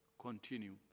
continue